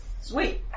Sweet